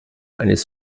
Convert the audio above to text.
eines